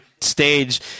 stage